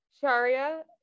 Sharia